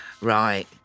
Right